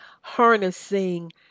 harnessing